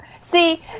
see